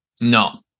No